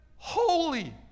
Holy